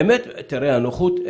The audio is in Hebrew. הנוחות,